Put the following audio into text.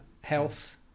health